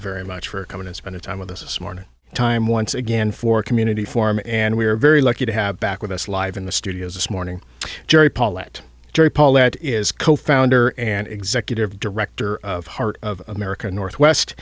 very much for coming as been a time with us this morning time once again for a community forum and we are very lucky to have back with us live in the studio this morning jerry paulette jerry paulette is co founder and executive director of heart of america northwest